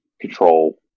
control